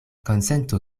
konsento